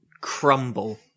crumble